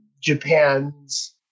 japan's